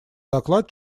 доклад